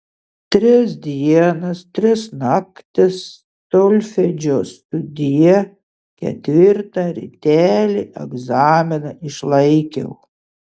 tris dienas tris naktis solfedžio sudie ketvirtą rytelį egzaminą išlaikiau